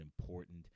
important